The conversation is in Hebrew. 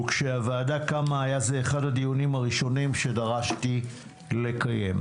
וכשהוועדה קמה היה זה אחד הדיונים הראשונים שדרשתי לקיים.